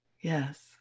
Yes